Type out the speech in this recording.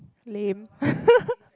lame